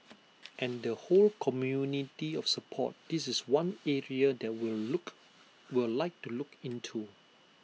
and the whole community of support this is one area that we'll look we'll like to look into